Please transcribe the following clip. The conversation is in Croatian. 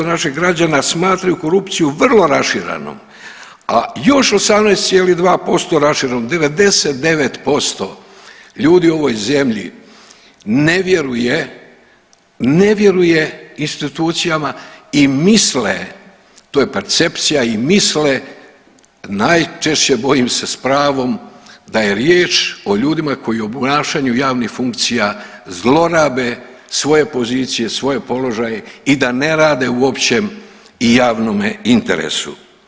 80% naših građana smatraju korupciju vrlo raširenom, a još 18,2% raširenom 99% ljudi u ovoj zemlji ne vjeruje, ne vjeruje institucijama i misle, to je percepcija, i misle najčešće bojim se s pravom da je riječ o ljudima koji u obnašanju javnih funkcija zlorabe svoje pozicije, svoje položaje i da ne rade uopće i javnome interesu.